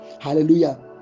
hallelujah